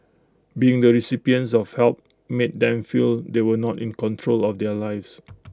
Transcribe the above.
being the recipients of help made them feel they were not in control of their lives